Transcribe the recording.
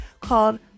called